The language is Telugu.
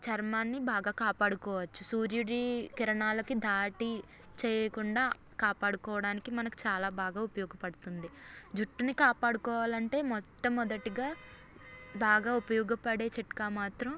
చర్మాన్ని బాగా కాపాడుకోవచ్చు సూర్యుడి కిరణాలకు దాడి చేయకుండా కాపాడుకోవడానికి మనకు చాలా బాగా ఉపయోగపడుతుంది జుట్టును కాపాడుకోవాలంటే మొట్టమొదటిగా బాగా ఉపయోగపడే చిట్కా మాత్రం